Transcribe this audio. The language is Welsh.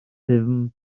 rhythm